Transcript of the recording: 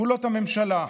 פעולות הממשלה,